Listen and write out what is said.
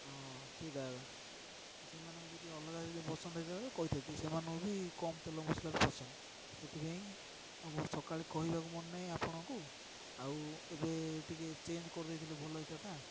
ହଁ ସେଇତ ଏକା ସେମାନଙ୍କୁ ଯଦି ଅଲଗା ପସନ୍ଦ ହେଇଥାତା କହିଥାନ୍ତି ସେମାନଙ୍କୁ ବି କମ୍ ତେଲ ମସଲାଟ ପସନ୍ଦ ସେଥିପାଇଁ ଆଉ ମୋର ସକାଳେ କହିବାକୁ ମନେ ନାହିଁ ଆପଣଙ୍କୁ ଆଉ ଏବେ ଟିକେ ଚେଞ୍ଜ୍ କରିଦେଇଥିଲେ ଭଲ ହୋଇଥାନ୍ତା